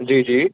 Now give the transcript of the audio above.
जी जी